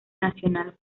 nacional